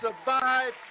survive